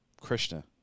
Krishna